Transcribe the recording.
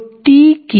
তো T কি